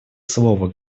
слова